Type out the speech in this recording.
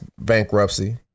bankruptcy